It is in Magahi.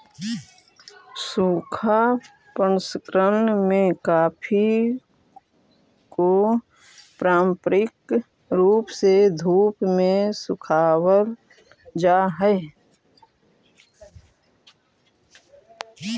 सूखा प्रसंकरण में कॉफी को पारंपरिक रूप से धूप में सुखावाल जा हई